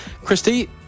Christy